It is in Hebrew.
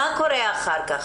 מה קורה אחר כך?